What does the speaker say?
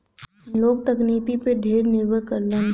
लोग तकनीकी पे ढेर निर्भर करलन